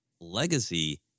legacy